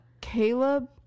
Caleb